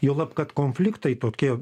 juolab kad konfliktai tokie